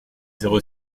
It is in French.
zéro